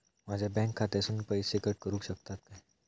माझ्या बँक खात्यासून पैसे कट करुक शकतात काय?